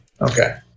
okay